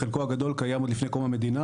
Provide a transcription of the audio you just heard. חלקו הגדול קיים עוד לפני קום המדינה,